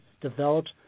developed